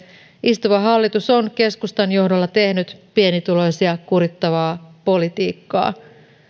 istuva hallitus on keskustan johdolla tehnyt pienituloisia kurittavaa politiikkaa